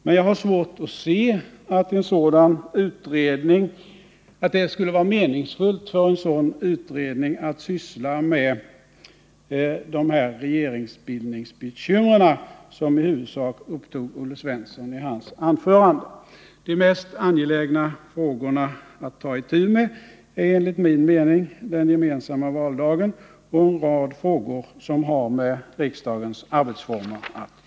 Men jag har svårt att se att det är meningsfullt för en sådan utredning att syssla med de här regeringsbildningsbekymren, som i huvudsak upptog Olle Svensson i hans anförande. De mest angelägna frågorna att ta itu med är enligt min mening den gemensamma valdagen och en rad frågor som har med riksdagens arbetsformer att göra.